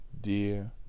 dear